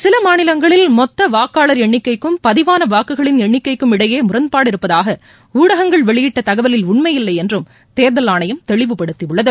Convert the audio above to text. சில மாநிலங்களில் மொத்த வாக்காளர் எண்ணிக்கைக்கும் பதிவான வாக்குகளின் எண்ணிக்கைக்கும் இடையே முரண்பாடு இருப்பதாக ஊடகங்கள் வெளியிட்ட தகவலில் உண்மையில்லை என்றும் தேர்தல் ஆணையம் தெளிவுபடுத்தியுள்ளது